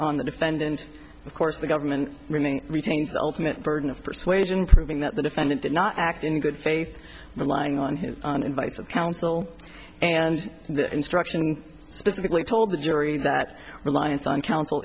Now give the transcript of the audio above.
on the defendant of course the government remain retains the ultimate burden of persuasion proving that the defendant did not act in good faith relying on his own advice of counsel and the instruction specifically told the jury that reliance on coun